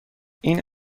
این